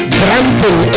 granting